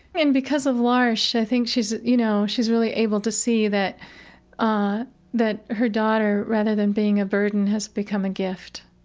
and because of l'arche i think she's, you know, she's really able to see that ah that her daughter, rather than being a burden, has become a gift.